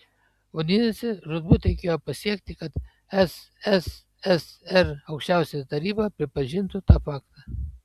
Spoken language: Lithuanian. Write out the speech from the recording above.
vadinasi žūtbūt reikėjo pasiekti kad sssr aukščiausioji taryba pripažintų tą faktą